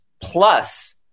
plus